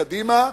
קדימה,